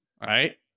right